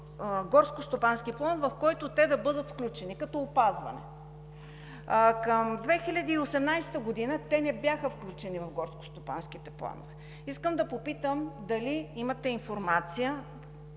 горскостопански план, в който те да бъдат включени като опазване. Към 2018 г. те не бяха включени в горскостопанските планове. Искам да попитам дали имате информация